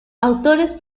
autores